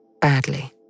badly